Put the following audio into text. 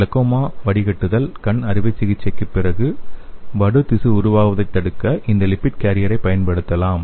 glaucoma வடிகட்டுதல் கண் அறுவை சிகிச்சைக்குப் பிறகு வடு திசு உருவாவதைத் தடுக்க இந்த லிப்பிட் கேரியரைப் பயன்படுத்தலாம்